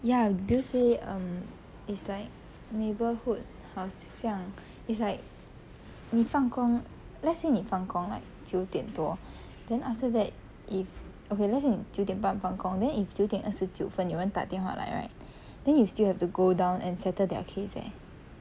ya bill say um it's like neighbourhood 好像 it's like 你放工 let's say 你放工 right 九点多 then after that if okay let's say 你九点半放工 then if 九点二十九分有人打电话来 right then you still have to go down and settle their case eh